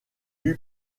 lui